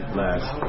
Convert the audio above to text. last